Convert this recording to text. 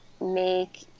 make